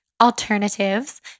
alternatives